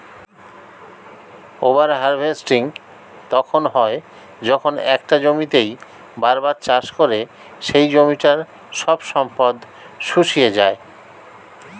over harvesting তখন হয় যখন একটা জমিতেই বার বার চাষ করে সেই জমিটার সব সম্পদ শুষিয়ে যায়